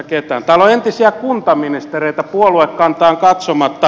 täällä on entisiä kuntaministereitä puoluekantaan katsomatta